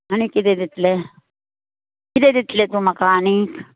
आनी किदें दित्लें किदें दितलें तूं म्हाका आनी